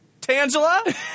Tangela